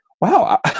wow